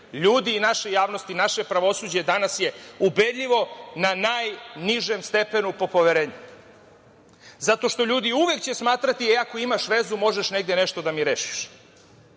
ljudi i naše javnosti. Naše pravosuđe je danas ubedljivo na najnižem stepenu poverenja, jer će ljudi uvek smatrati, ako imaš vezu, možeš nešto da mi rešiš.